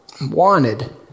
wanted